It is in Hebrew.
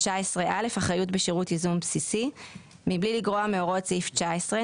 19א: אחריות בשירות ייזום בסיסי (א) מבלי לגרוע מהוראות סעיף 19,